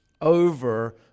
over